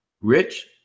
Rich